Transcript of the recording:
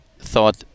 thought